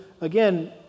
again